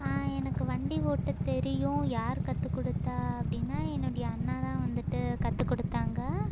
எனக்கு வண்டி ஓட்டத் தெரியும் யார் கற்றுக்குடுத்தா அப்படின்னா என்னுடைய அண்ணாதான் வந்துட்டு கற்றுக் குடுத்தாங்க